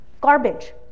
garbage